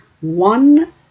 One